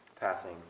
passing